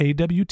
AWT